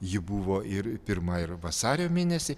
ji buvo ir pirma ir vasario mėnesį